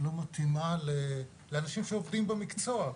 לא מתאימה לאנשים שעובדים במקצוע.